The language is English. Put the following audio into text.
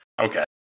Okay